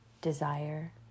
desire